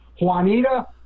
Juanita